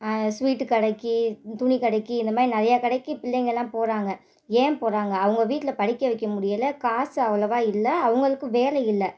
sweet கடைக்கு து துணி கடைக்கு இந்த மாதிரி நிறையா கடைக்கு பிள்ளைங்கள்லாம் போகிறாங்க ஏன் போகிறாங்க அவங்க வீட்டில படிக்க வைக்க முடியலை காசு அவ்வளோவா இல்லை அவங்களுக்கும் வேலை இல்லை